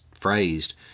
phrased